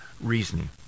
reasoning